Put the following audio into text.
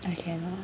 I cannot